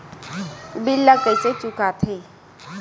bill ला कइसे चुका थे